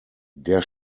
der